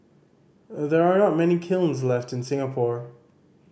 there are not many kilns left in Singapore